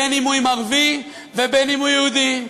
בין שהוא ערבי ובין שהוא יהודי,